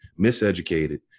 miseducated